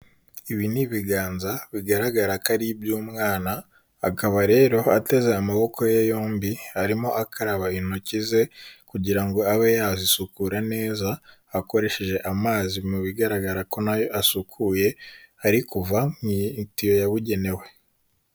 Ibi ni ibiganza bigaragara ko ari iby'umwana, akaba rero ateze amaboko ye yombi arimo akaraba intoki ze kugira ngo abe yazisukura neza akoresheje amazi mu bigaragara ko nayo asukuye, ari kuva mu itiyo yabugenewe.